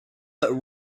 but